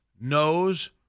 knows